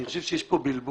אני חושב שיש פה בלבול.